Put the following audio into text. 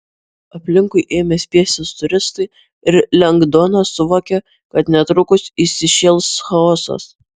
aplinkui ėmė spiestis turistai ir lengdonas suvokė kad netrukus įsišėls chaosas